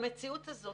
במציאות הזאת,